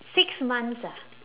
six months ah